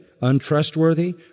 untrustworthy